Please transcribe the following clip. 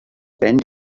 bend